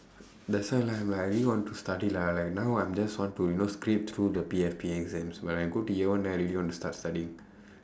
that's why lah like I really want to study lah like now I'm just want to you know scrape through the P_F_P exams when I go to year one then I really want to start studying